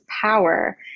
power